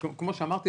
כמו שאמרתי,